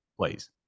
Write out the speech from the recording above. please